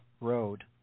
road